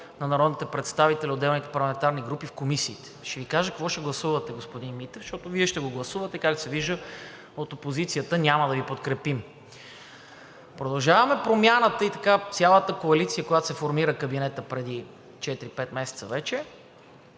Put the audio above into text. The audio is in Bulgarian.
отделните парламентарни групи, в комисиите. Ще Ви кажа какво ще гласувате, господин Митев, защото Вие ще го гласувате, както се вижда, от опозицията няма да Ви подкрепим. „Продължаваме Промяната“ и цялата коалиция, от която се формира кабинетът преди 4 – 5 месеца вече,